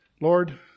Lord